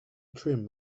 trim